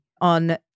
on